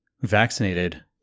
vaccinated